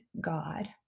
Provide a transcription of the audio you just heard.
God